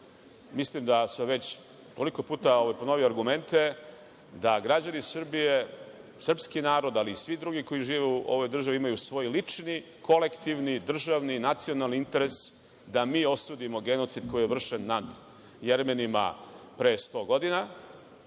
Mislim da sam već koliko puta ponovio argumente, da građani Srbije, srpski narod, ali i svi drugi koji žive u ovoj državi imaju svoj lični, kolektivni, državni, nacionalni interes da mi osudimo genocid koji je vršen nad Jermenima pre sto godina,